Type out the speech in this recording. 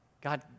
God